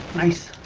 nice